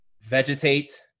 vegetate